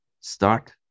start